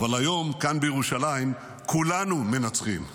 אבל היום כאן בירושלים כולנו מנצחים.